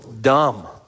dumb